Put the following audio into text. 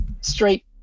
straight